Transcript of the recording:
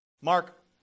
Mark